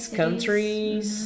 countries